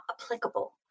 applicable